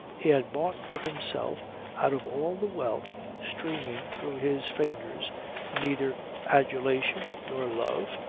he had bought for himself out of all the wealth streaming through his fingers neither adulation nor love,